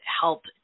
help